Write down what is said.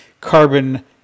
carbon